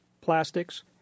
plastics